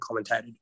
commentated